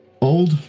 Old